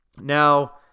Now